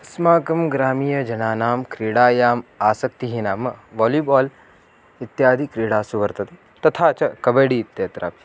अस्माकं ग्रामीणजनानां क्रीडायाम् आसक्तिः नाम वालिबाल् इत्यादिक्रीडासु वर्तते तथा च कबडि इत्यत्रापि